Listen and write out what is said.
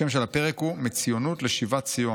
השם של הפרק הוא "מציונות לשיבת ציון",